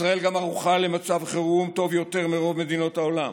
ישראל גם ערוכה למצב חירום טוב יותר מרוב מדינות העולם.